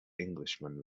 englishman